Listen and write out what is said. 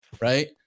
right